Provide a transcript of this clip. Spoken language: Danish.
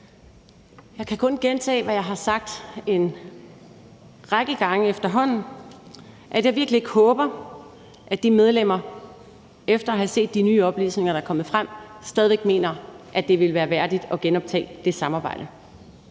Jeg kan kun gentage, hvad jeg efterhånden har sagt en række gange, nemlig at jeg virkelig ikke håber, at de medlemmer efter at have set de nye oplysninger, der er kommet frem, stadig væk mener, at det ville være værdigt at genoptage det samarbejde.